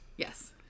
Yes